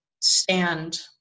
stand